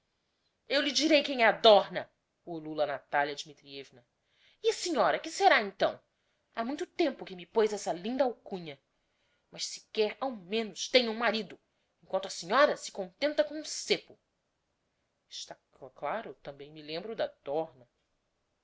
eu lhe direi quem é a dorna ulula a natalia dmitrievna e a senhora que será então ha muito tempo que me pôz essa linda alcunha mas sequer ao menos tenho um marido emquanto a senhora se contenta com um cêpo es tá cclaro tam bem me lembro da dorna